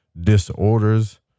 disorders